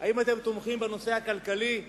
האם אתם תומכים בנושא הכלכלי?